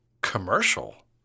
commercial